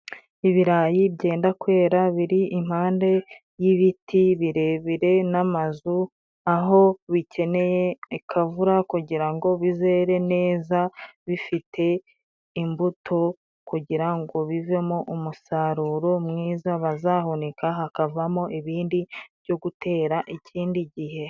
Ibirayi byenda kwera biri impande y'ibiti birebire n'amazu aho bikeneye akavura kugira ngo bizere neza bifite imbuto kugira ngo bivemo umusaruro mwiza bazahunika hakavamo ibindi byo gutera ikindi gihe.